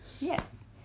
yes